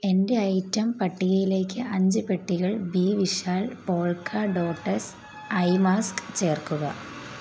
എന്റെ ഐറ്റം പട്ടികയിലേക്ക് അഞ്ച് പെട്ടികൾ ബി Vishal polka dotted eye mask ചേർക്കുക